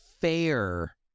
fair